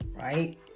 right